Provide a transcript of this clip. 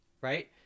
Right